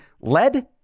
lead